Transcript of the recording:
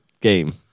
game